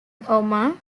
omar